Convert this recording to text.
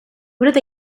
what